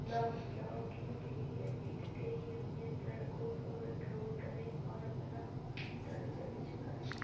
lock in period बीतते ही अपने ऋण को फोरेक्लोज करे और अपना ऋण जल्द चुकाए